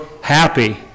happy